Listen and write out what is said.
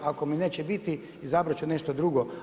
Ako mi neće biti, izabrat ću nešto drugo.